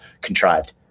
contrived